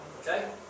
Okay